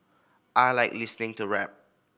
I like listening to rap